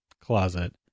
closet